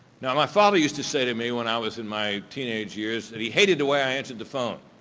now, my father used to say to me when i was in my teenage years that he hated the way i answered the phone.